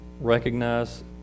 recognize